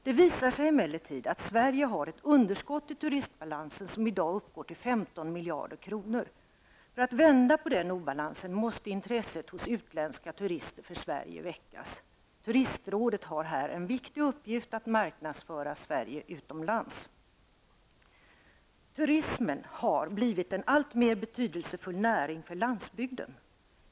Det visar sig emellertid att Sverige har ett underskott i turistbalansen som i dag uppgår till 15 miljarder kronor. För att vända på den obalansen måste intresset hos utländska turister för Sverige väckas. Turistrådet har en viktig uppgift att marknadsföra Sverige utomlands. Turismen har blivit en alltmer betydelsefull näring för landsbygden.